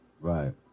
Right